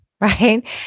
right